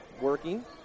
working